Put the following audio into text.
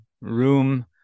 Room